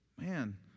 man